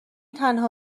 تنها